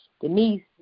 Denise